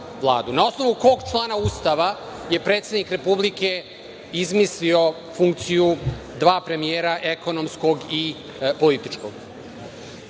Na osnovu kog člana Ustava je predsednik Republike izmislio funkciju dva premijera, ekonomskog i političkog? Od